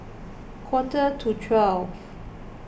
quarter to twelve